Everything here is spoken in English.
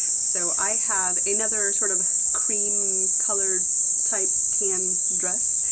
so, i have another sort of cream colored type tan dress,